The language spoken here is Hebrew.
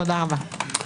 תודה רבה.